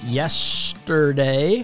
yesterday